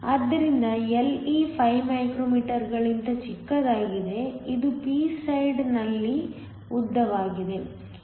ಆದ್ದರಿಂದ Le 5 micro ಮೀಟರ್ಗಳಿಗಿಂತ ಚಿಕ್ಕದಾಗಿದೆ ಇದು p ಸೈಡ್ನಲ್ಲಿರುವ ಉದ್ದವಾಗಿದೆ